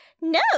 no